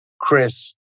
Chris